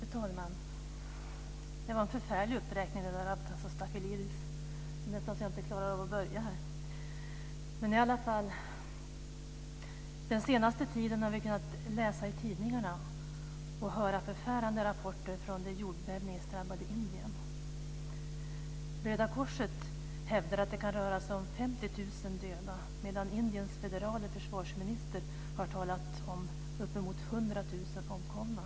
Fru talman! Det var en förfärlig uppräkning av Tasso Stafilidis. Det är nästan så att jag inte klarar av att börja mitt anförande. Den senaste tiden har vi kunnat läsa i tidningarna och höra förfärande rapporter om det jordbävningsdrabbade Indien. Röda Korset hävdar att det kan röra sig om 50 000 döda, medan Indiens federale försvarsminister har talat om uppemot 100 000 omkomna.